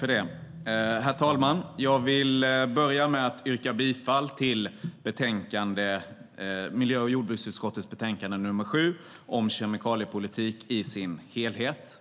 Herr talman! Jag vill börja med att yrka bifall till utskottets förslag i miljö och jordbruksutskottets betänkande nr 7 om kemikaliepolitik i sin helhet.